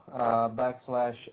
backslash